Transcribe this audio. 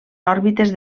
òrbites